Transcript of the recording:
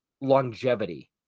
longevity